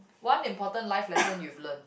one important life lesson you've learned